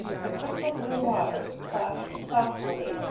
the crystal-blue waters plashed softly,